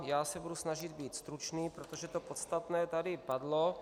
Já se budu snažit být stručný, protože to podstatné tady padlo.